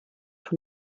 von